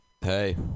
Hey